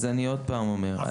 אז אני עוד פעם אומר.